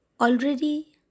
Already